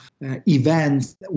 events